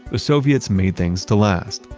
the soviets made things to last.